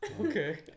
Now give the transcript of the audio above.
okay